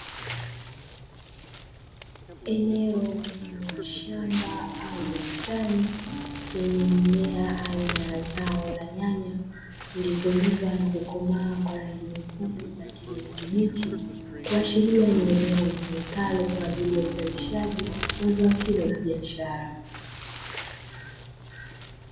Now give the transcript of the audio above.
Eneo mfano wa shamba au bustani lenye mimea aina ya zao la nyanya zilizoiva na kukomaa kwa rangi nyekundu na kijani kibichi, kuashiria ni eneo litumikalo kwa ajili ya uzalishaji wa zao hilo la biashara.